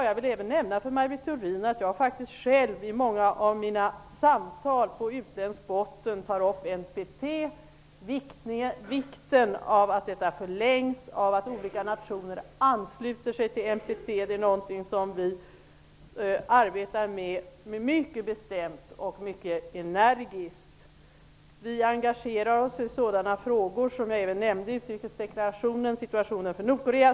Jag vill även nämna för Maj Britt Theorin att jag faktiskt själv i många av mina samtal på utländsk botten tar upp frågan om NPT, vikten av att detta förlängs och att olika nationer ansluter sig till NPT. Det är någonting som vi arbetar med mycket bestämt och mycket energiskt. Vi engagerar oss i sådana frågor som, vilket jag också nämnde i utrikesdeklarationen, situationen för Nordkorea.